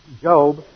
Job